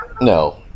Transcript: No